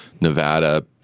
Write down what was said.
Nevada